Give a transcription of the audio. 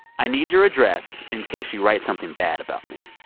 i need your address in case you write something bad about me.